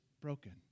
broken